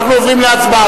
אנחנו עוברים להצבעה,